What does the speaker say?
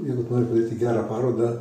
jeigu tu nori padaryti gerą parodą